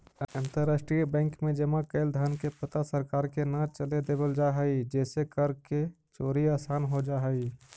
अंतरराष्ट्रीय बैंक में जमा कैल धन के पता सरकार के न चले देवल जा हइ जेसे कर के चोरी आसान हो जा हइ